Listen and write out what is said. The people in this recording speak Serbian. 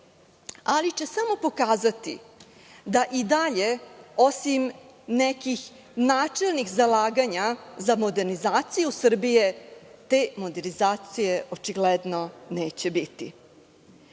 ali će samo pokazati da i dalje, osim nekih načelnih zalaganja za modernizaciju Srbije, te modernizacije očigledno neće biti. Vi